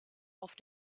auf